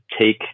take